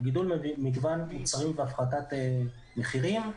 גידול מגוון מוצרים והפחתת מחירים.